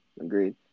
Agreed